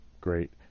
great